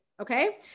okay